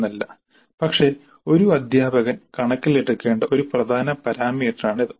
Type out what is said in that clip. എന്നല്ല പക്ഷേ ഒരു അദ്ധ്യാപകൻ കണക്കിലെടുക്കേണ്ട ഒരു പ്രധാന പാരാമീറ്ററാണ് ഇത്